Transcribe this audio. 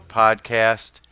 podcast